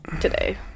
today